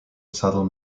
saddle